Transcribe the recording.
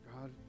God